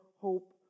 hope